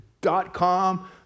dot-com